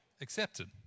accepted